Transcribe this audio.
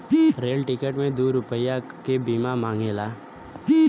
rail ticket मे दू रुपैया के बीमा मांगेला